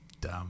Dumb